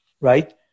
right